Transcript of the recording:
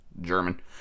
German